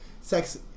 sex